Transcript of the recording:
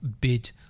bid